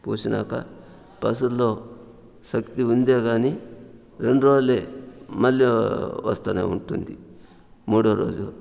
పూసినాక పసరులో శక్తి ఉందే కానీ రెండు రోజులే మళ్ళీ వస్తనే ఉంటుంది మూడో రోజు